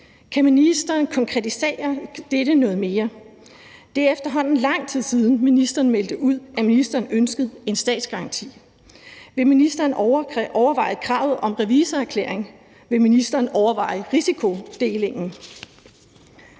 Kan ministeren konkretisere dette noget mere? Det er efterhånden lang tid siden, ministeren meldte ud, at ministeren ønskede en statsgaranti. Vil ministeren overveje kravet om revisorerklæring? Vil ministeren overveje risikodelingen?